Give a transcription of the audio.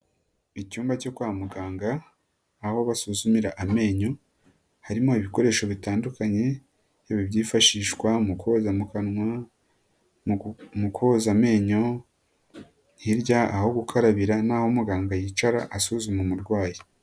Icyumba cyo kwa muganga, aho basuzumira amenyo, harimo ibikoresho bitandukanye, byifashishwa mu koza mukanwa , mukoza amenyo ,hirya aho gukarabira n'aho muganga yicara asuzuma umurwayi.